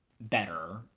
better